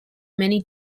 many